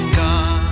god